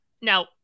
Now